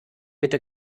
bitte